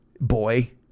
boy